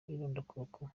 irondakoko